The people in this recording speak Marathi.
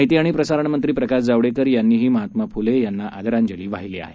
माहिती आणि प्रसारण मंत्री प्रकाश जावडेकर यांनीही महात्मा फुले यांनी आदरांजली वाहिली आहे